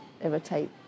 irritate